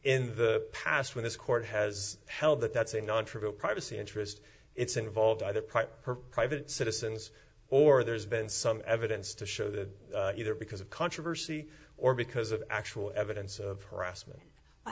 in the past when this court has held that that's a non trivial privacy interest it's involved either pipe or private citizens or there's been some evidence to show that either because of controversy or because of actual evidence of harassment